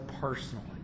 personally